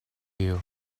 you